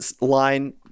line